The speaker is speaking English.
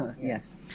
Yes